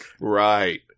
Right